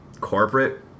corporate